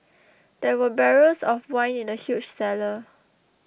there were barrels of wine in the huge cellar